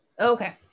Okay